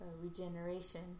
regeneration